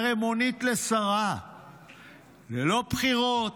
הרי מונית לשרה ללא בחירות,